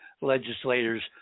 legislators